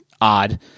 odd